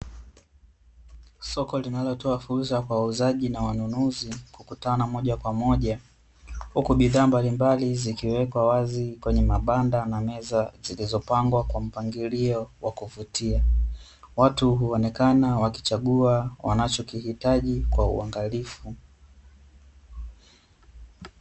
Soko linalotoa fursa kwa wauzaji na wanunuzi kukutana moja kwa moja, huku bidhaa mbalimbali zikiwekwa wazi kwenye mabanda na meza zilizopangwa kwa mpangilio wa kuvutia, watu huonekana wakichagua wanachokihitaji kwa uangalifu.